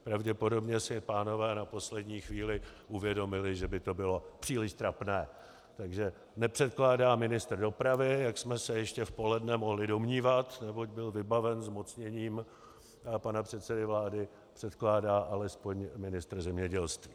Pravděpodobně si pánové na poslední chvíli uvědomili, že by to bylo příliš trapné, takže nepředkládá ministr dopravy, jak jsme se ještě v poledne mohli domnívat, neboť byl vybaven zmocněním pana předsedy vlády, předkládá alespoň ministr zemědělství.